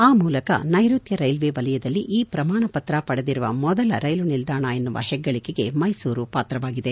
ಆ ಮೂಲಕ ನೈಋತ್ಯ ರೈಲುವಲಯದಲ್ಲಿ ಈ ಪ್ರಮಾಣಪತ್ರ ಪಡೆದಿರುವ ಮೊದಲ ರೈಲುನಿಲ್ಲಾಣ ಎನ್ನುವ ಹೆಗ್ಗಳಿಕೆಗೆ ಮೈಸೂರು ಪಾತ್ರವಾಗಿದೆ